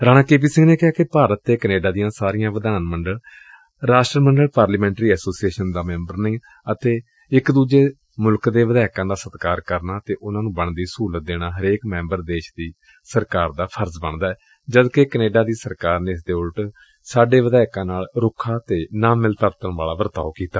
Rana K P ਨੇ ਕਿਹਾ ਕਿ ਭਾਰਤ ਅਤੇ ਕੈਨੇਡਾ ਦੀਆ ਸਾਰੀਆ ਵਿਧਾਨ ਮੰਡਲ ਰਾਸਟਰ ਮੰਡਲ ਪਾਰਲੀਮੈਟਰੀ ਐਸੋਸੀਏਸਨ ਦੀਆਂ ਮੈਬਰ ਨੇ ਅਤੇ ਇਕ ਦੁਜੇ ਮੁਲਕ ਦੇ ਵਿਧਾਇਕਾਂ ਦਾ ਸਤਿਕਾਰ ਕਰਨਾ ਅਤੇ ਉਨਾ ਨੂੰ ਬਣਦੀ ਸਹੂਲਤ ਦੇਣਾ ਹਰੇਕ ਮੈਬਰ ਦੇਸ਼ ਦੀ ਸਰਕਾਰ ਦਾ ਫਰਜ਼ ਏ ਜਦ ਕਿ ਕੈਨੇਡਾ ਦੀ ਸਰਕਾਰ ਨੇ ਇਸ ਦੇ ਉਲਟ ਸਾਡੇ ਵਿਧਾਇਕਾਂ ਨਾਲ ਰੁੱਖਾ ਅਤੇ ਨਾ ਮਿਲਵਰਤਣ ਵਾਲਾ ਵਰਤਾਓ ਕੀਤਾ